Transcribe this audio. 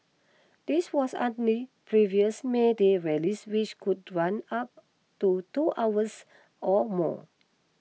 this was previous May Day rallies which could run up to two hours or more